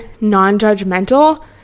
non-judgmental